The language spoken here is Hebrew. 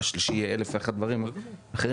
שלישי יהיה אלף ואחד דברים אחרים.